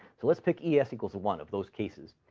so let's pick es equal one of those cases.